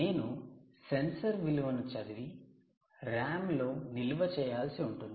నేను సెన్సార్ విలువను చదివి RAM లో నిల్వ చేయాల్సి ఉంటుంది